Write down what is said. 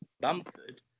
Bamford